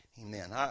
Amen